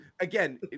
Again